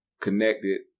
connected